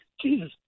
Jesus